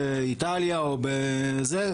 באיטליה או ---.